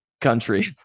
Country